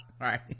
Right